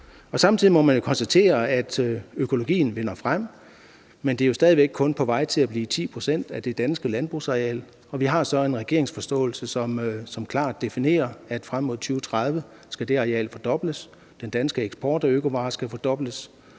Samtidig må man jo konstatere, at økologien vinder frem, men det er jo stadig væk kun på vej til at blive 10 pct. af det danske landbrugsareal, og vi har så en regeringsforståelse, som klart definerer, at frem mod 2030 skal det areal fordobles, den danske eksport af økovarer skal fordobles,